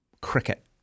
cricket